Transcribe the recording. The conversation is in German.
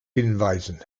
hinweisen